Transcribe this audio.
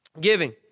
Giving